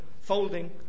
folding